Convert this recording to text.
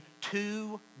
two